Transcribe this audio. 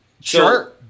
Sure